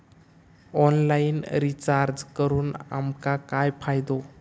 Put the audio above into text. Online recharge करून आमका काय फायदो?